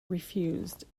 refused